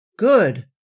Good